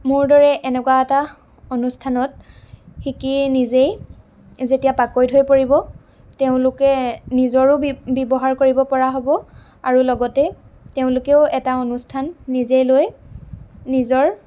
মোৰ দৰে এনেকুৱা এটা অনুষ্ঠানত শিকি নিজেই যেতিয়া পাকৈত হৈ পৰিব তেওঁলোকে নিজৰো বি ব্যৱহাৰ কৰিব পৰা হ'ব অৰু লগতে তেওঁলোকেও এটা অনুষ্ঠান নিজে লৈ নিজৰ